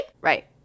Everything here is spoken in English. Right